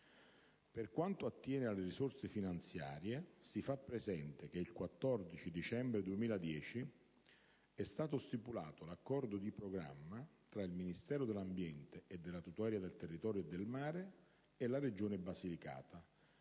Per quanto attiene alle risorse finanziarie, si fa presente che il 14 dicembre 2010 e stato stipulato l’Accordo di programma tra il Ministero dell’ambiente e della tutela del territorio e del mare e la Regione Basilicata,